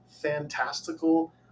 fantastical